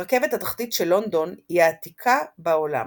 הרכבת התחתית של לונדון היא העתיקה בעולם.